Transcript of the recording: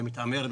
היא "מתעמרת",